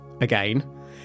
again